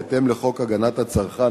בהתאם לחוק הגנת הצרכן,